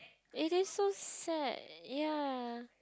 eh that's so sad ya